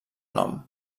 nom